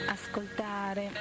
ascoltare